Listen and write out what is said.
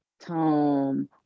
Tom